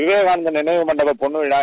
விவேகானந்த மினைவு மண்டப பொள்விழா